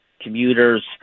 commuters